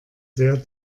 sehr